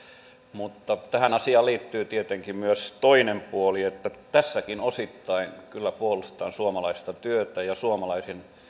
mutta tähän asiaan liittyy tietenkin myös toinen puoli tässäkin osittain kyllä puolustan suomalaista työtä ja suomalaisen